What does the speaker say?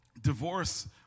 divorce